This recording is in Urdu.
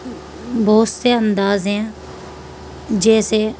بہت سے انداز ہیں جیسے